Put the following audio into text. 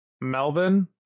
Melvin